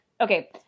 okay